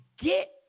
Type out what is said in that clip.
get